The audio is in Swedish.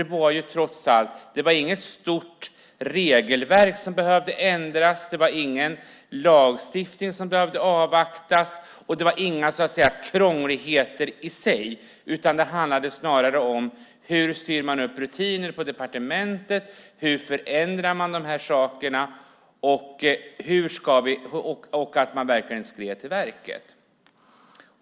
Det var trots allt inget stort regelverk som behövde ändras. Det var ingen lagstiftning som behövde avvaktas, och det var inga krångligheter i sig. Snarare handlade det om hur man styr upp rutiner på departementet och hur man förändrar de här sakerna och om att verkligen skrida till verket.